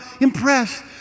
impressed